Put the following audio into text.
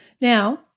Now